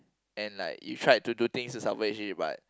and like you tried to do things to salvage it but